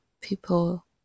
People